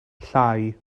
llai